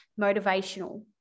motivational